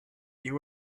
you